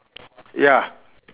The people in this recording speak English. ya